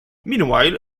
meanwhile